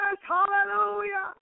Hallelujah